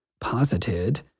posited